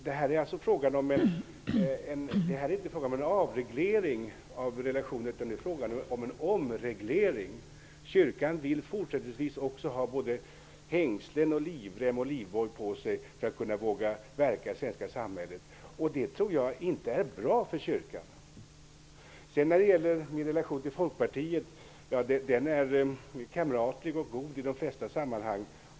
Det här är inte fråga om avreglering av relationen, utan det är fråga om en omreglering. Kyrkan vill fortsättningsvis också ha såväl hängslen som livrem och livboj på sig för att den skall våga verka i det svenska samhället. Jag tror inte att detta är bra för kyrkan. Min relation till Folkpartiet är kamratlig och god i de flesta sammanhang.